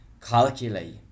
calculate